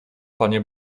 panie